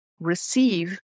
receive